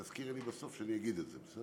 תזכירי לי בסוף שאני אגיד את זה, בסדר?